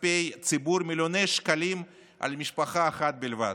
כספי ציבור, מיליוני שקלים על משפחה אחת בלבד.